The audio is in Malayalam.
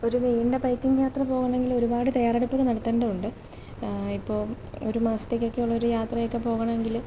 ഒരു നീണ്ട ബൈക്കിങ് യാത്രപോകണമെങ്കിൽ ഒരുപാട് തയാറെടുപ്പുകൾ നടത്തേണ്ടതുണ്ട് ഇപ്പോൾ ഒരു മാസത്തേക്കൊക്കെയുള്ളൊരു യാത്ര ഒക്കെ പോകണമെങ്കിൽ